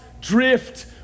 drift